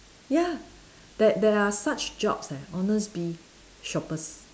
ya there there are such jobs eh honestbee shoppers